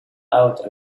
out